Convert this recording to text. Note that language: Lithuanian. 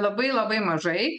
labai labai mažai